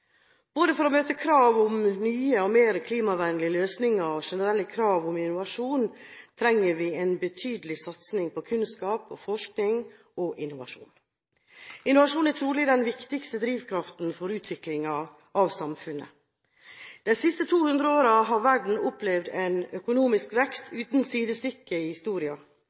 både nå og i fremtiden. For å møte krav om nye og mer klimavennlige løsninger og generelle krav om innovasjon trenger vi en betydelig satsing på kunnskap, forskning og innovasjon. Innovasjon er trolig den viktigste drivkraften for utviklingen av samfunnet. De siste to hundre årene har verden opplevd en økonomisk vekst uten sidestykke i